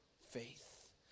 faith